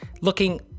looking